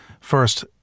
first